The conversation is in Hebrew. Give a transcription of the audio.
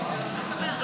בעד,